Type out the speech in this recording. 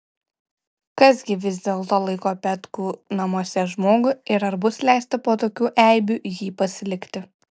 kas gi vis dėlto laiko petkų namuose žmogų ir ar bus leista po tokių eibių jį pasilikti